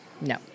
No